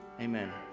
Amen